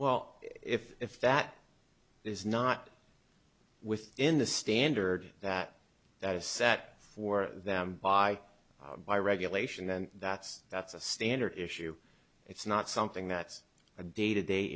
well if if that is not within the standard that that is set for them by by regulation then that's that's a standard issue it's not something that's a day to day